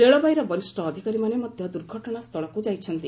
ରେଳବାଇର ବରିଷ୍ଠ ଅଧିକାରୀମାନେ ମଧ୍ୟ ଦୁର୍ଘଟଣା ସ୍ତଳକୁ ଯାଇଛନ୍ତି